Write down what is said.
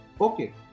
Okay